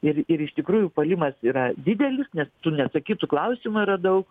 ir ir iš tikrųjų puolimas yra didelis net neatsakytų klausimų yra daug